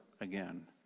again